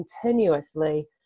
continuously